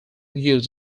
used